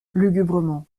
lugubrement